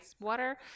water